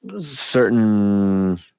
certain